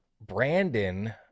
Brandon